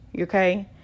okay